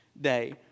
day